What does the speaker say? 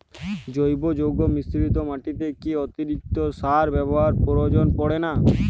জৈব যৌগ মিশ্রিত মাটিতে কি অতিরিক্ত সার ব্যবহারের প্রয়োজন পড়ে না?